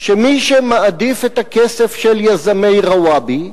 שמי שמעדיף את הכסף של יזמי רוואבי,